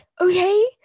Okay